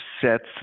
sets